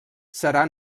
serà